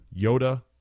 Yoda